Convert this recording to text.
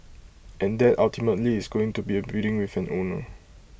and that ultimately is going to be A building with an owner